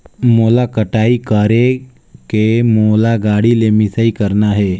मोला कटाई करेके मोला गाड़ी ले मिसाई करना हे?